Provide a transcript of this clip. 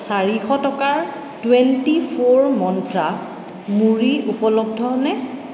চাৰিশ টকাৰ twenty four মন্ত্ৰা মুড়ি উপলব্ধ নে